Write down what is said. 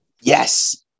yes